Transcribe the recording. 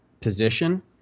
position